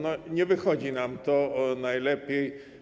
Nie wychodzi nam to najlepiej.